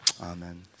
Amen